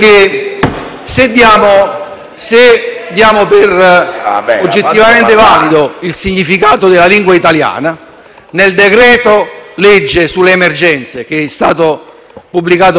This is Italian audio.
se diamo per oggettivamente valido il significato della lingua italiana, nel decreto-legge sulle emergenze, che è stato pubblicato qualche settimana fa in *Gazzetta Ufficiale*,